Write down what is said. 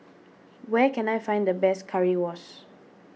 where can I find the best Currywurst